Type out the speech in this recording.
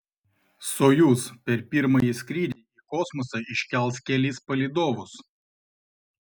sojuz per pirmąjį skrydį į kosmosą iškels kelis palydovus